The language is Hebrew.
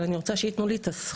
אבל אני רוצה שייתנו לי את הזכות